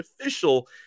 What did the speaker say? official